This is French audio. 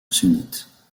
sunnite